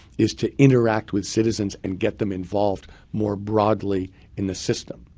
is to interact with citizens and get them involved more broadly in the system.